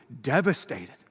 devastated